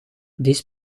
this